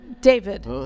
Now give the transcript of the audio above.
David